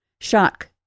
Shock